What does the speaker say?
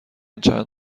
چند